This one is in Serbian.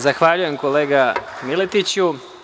Zahvaljujem, kolega Miletiću.